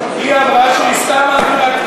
לא, אנחנו מקבלים היא אמרה שהיא שמה, אנחנו